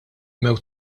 mewt